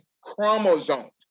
chromosomes